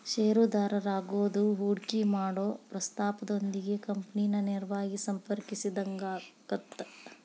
ಷೇರುದಾರರಾಗೋದು ಹೂಡಿಕಿ ಮಾಡೊ ಪ್ರಸ್ತಾಪದೊಂದಿಗೆ ಕಂಪನಿನ ನೇರವಾಗಿ ಸಂಪರ್ಕಿಸಿದಂಗಾಗತ್ತ